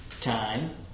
time